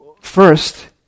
First